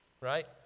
Right